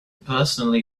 personally